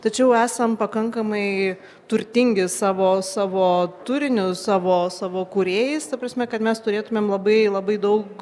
tačiau esam pakankamai turtingi savo savo turiniu savo savo kūrėjais ta prasme kad mes turėtumėm labai labai daug